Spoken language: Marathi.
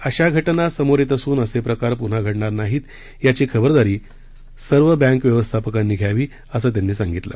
अशा घटना समोर येत असून असे प्रकार पून्हा घडणार नाहीत याची खबरादारी सर्व बँकांच्या व्यवस्थापकांनी घ्यावी असं त्यांनी सांगितलं